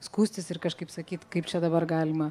skųstis ir kažkaip sakyt kaip čia dabar galima